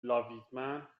لاویتمن